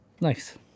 Nice